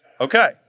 Okay